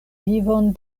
vivon